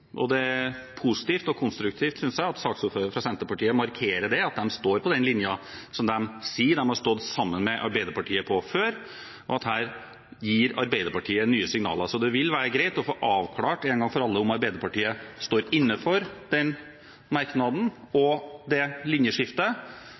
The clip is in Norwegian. og jeg synes det er positivt og konstruktivt at saksordføreren fra Senterpartiet markerer det, at de står på den linjen som de sier de har stått sammen med Arbeiderpartiet om før, og at her gir Arbeiderpartiet nye signaler. Så det ville være greit å få avklart en gang for alle om Arbeiderpartiet står inne for den merknaden og det linjeskiftet,